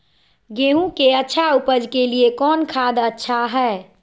गेंहू के अच्छा ऊपज के लिए कौन खाद अच्छा हाय?